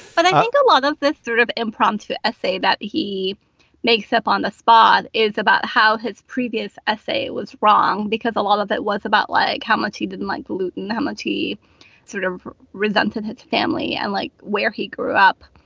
and i think a lot of this sort of impromptu essay that he makes up on the spot is about how his previous essay was wrong because a lot of it was about like how much he didn't like gluten how much he sort of resented his family and like where he grew up.